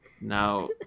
Now